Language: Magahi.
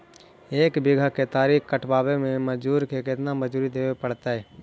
एक बिघा केतारी कटबाबे में मजुर के केतना मजुरि देबे पड़तै?